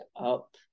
up